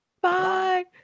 bye